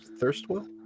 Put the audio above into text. Thirstwell